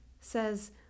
says